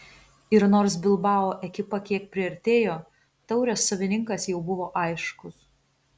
ir nors bilbao ekipa kiek priartėjo taurės savininkas jau buvo aiškus